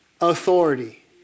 authority